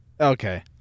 Okay